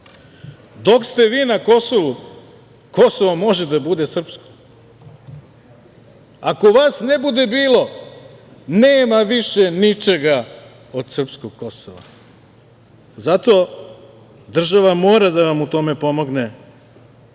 Dok ste vi na Kosovu, Kosovo može da bude srpsko. Ako vas ne bude bilo, nema više ničega od srpskog Kosova. Zato država mora da vam u tome pomogne